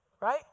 Right